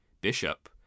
bishop